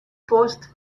post